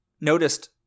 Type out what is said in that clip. noticed